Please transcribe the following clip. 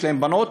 יש להם בנות,